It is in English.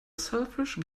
selfish